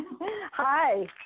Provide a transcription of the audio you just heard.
Hi